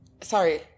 sorry